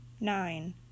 nine